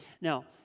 now